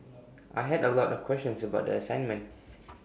I had A lot of questions about the assignment